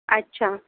अच्छा